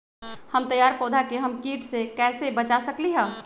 हमर तैयार पौधा के हम किट से कैसे बचा सकलि ह?